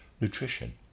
nutrition